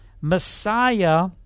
Messiah